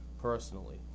personally